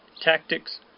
tactics